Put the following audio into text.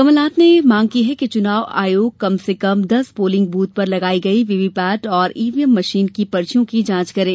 कमलनाथ ने मांग की है कि चुनाव आयोग कम से कम दस पोलिंग बूथ पर लगायी गयी वीवीपेट और ईवीएम मशीन की पर्चियों की जांच करे